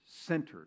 centered